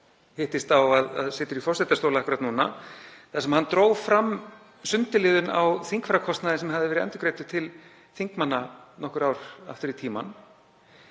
hittist á að situr í forsetastóli akkúrat núna, þar sem hann dró fram sundurliðun á þingfararkostnaði sem hafði verið endurgreiddur til þingmanna nokkur ár aftur í tímann.